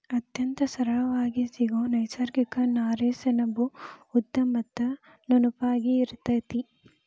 ಅತ್ಯಂತ ಸರಳಾಗಿ ಸಿಗು ನೈಸರ್ಗಿಕ ನಾರೇ ಸೆಣಬು ಉದ್ದ ಮತ್ತ ನುಣುಪಾಗಿ ಇರತತಿ